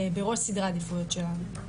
בראש סדרי העדיפויות שלנו.